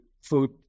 food